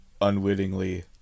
unwittingly